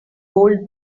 old